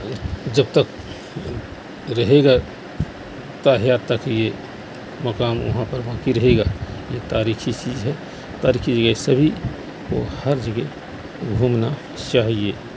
جب تک رہے گا تا حیات تک ہے یہ مقام وہاں پر باقی رہے گا یہ تاریخی چیز ہے تاریخی یہ سبھی کو ہر جگہ گھومنا چاہیے